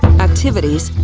activities,